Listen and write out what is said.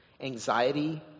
Anxiety